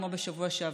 כמו בשבוע שעבר.